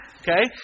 okay